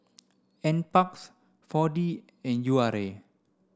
N Parks four D and U R A